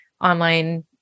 online